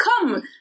come